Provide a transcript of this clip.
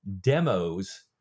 demos